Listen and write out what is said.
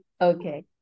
okay